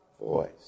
voice